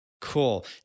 Cool